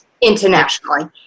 internationally